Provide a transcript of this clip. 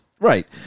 Right